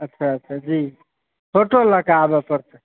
अच्छा अच्छा जी फोटो लऽ कऽ आबऽ पड़तै